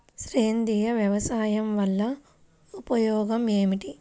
సేంద్రీయ వ్యవసాయం వల్ల ఉపయోగం ఏమిటి?